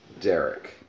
Derek